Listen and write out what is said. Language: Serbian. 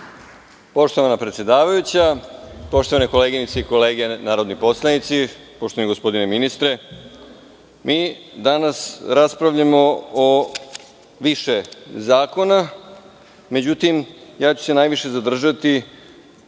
Poštovana predsedavajuća, poštovane koleginice i kolege narodni poslanici, poštovani gospodine ministre, danas raspravljamo o više zakona, međutim, najviše ću se zadržati